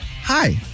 hi